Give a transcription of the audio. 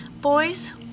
Boys